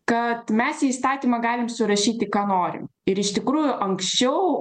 kad mes į įstatymą galim surašyti ką norim ir iš tikrųjų anksčiau